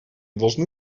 должны